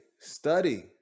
study